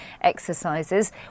exercises